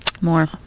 more